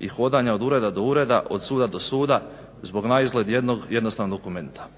i hodanja od ureda do ureda, od suda do suda zbog naizgled jednog jednostavnog dokumenta.